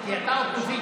כי אתה אופוזיציה,